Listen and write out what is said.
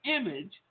image